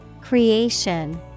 Creation